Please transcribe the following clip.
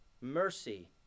mercy